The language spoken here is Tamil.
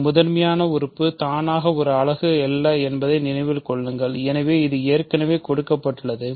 ஒரு முதன்மை உறுப்பு தானாக ஒரு அலகு அல்ல என்பதை நினைவில் கொள்ளுங்கள் எனவே இது ஏற்கனவே கொடுக்கப்பட்டுள்ளது